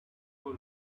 for